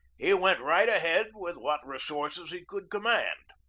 he went right ahead with what resources he could command.